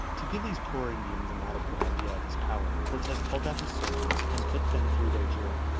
to give these poor indians an adequate idea of his power, cortes called out his soldiers, and put them through their drill,